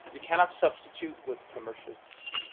you cannot substitute with commercial yeast.